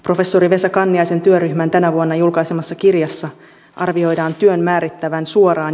vesa kanniaisen työryhmän tänä vuonna julkaisemassa kirjassa arvioidaan työn määrittävän suoraan